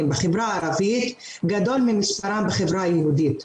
בחברה הערבית גדול ממספרם בחברה היהודית.